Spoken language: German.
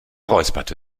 räusperte